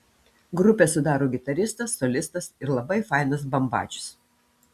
grupę sudaro gitaristas solistas ir labai fainas bambačius